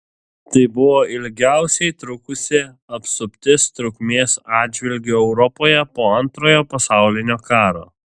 tai buvo ilgiausiai trukusi apsuptis trukmės atžvilgiu europoje po antrojo pasaulinio karo